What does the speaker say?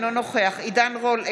אינו נוכח עידן רול,